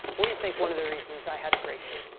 what do you think one of the reasons i had a great year?